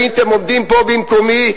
הייתם עומדים פה במקומי,